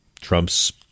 Trump's